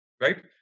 Right